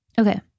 Okay